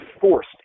forced